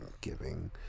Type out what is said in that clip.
giving